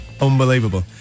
Unbelievable